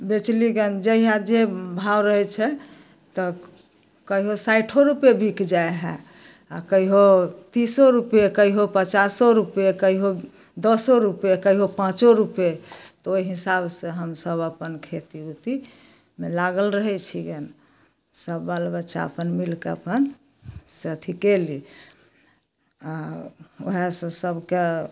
बेचलहुँ जहिआ जे भाव रहै छै तऽ कहिओ साइठो रुपैए बिक जाइ हइ आओर कहिओ तीसो रुपैए कहिओ पचासो रुपैए कहिओ दसो रुपैए कहिओ पाँचो रुपैए तऽ ओहि हिसाबसँ हमसभ अपन खेती उतीमे लागल रहै छिअनि सभ बाल बच्चा अपन मिलिकऽ अपन से अथी कएलहुँ आओर ओहिसँ सभके